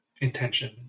intention